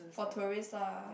for tourists lah